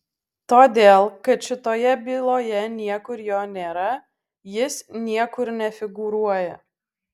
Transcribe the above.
todėl kad šitoje byloje niekur jo nėra jis niekur nefigūruoja